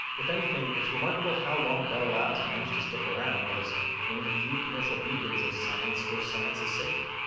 if anything it's remarkable how long bell labs managed to stick around as one of the few commercial beacons of science for science's sake.